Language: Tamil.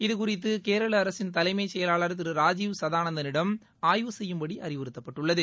இது குறித்து கேரள அரசின் தலைமை செயலாளர் திரு ராஜுவ் சாதானந்தனிடமும் ஆய்வு செய்யும்படி அறிவுறுத்தப்பட்டுள்ளது